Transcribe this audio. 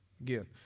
again